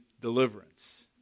deliverance